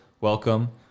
welcome